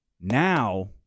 Now –